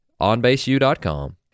onbaseu.com